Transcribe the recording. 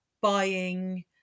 buying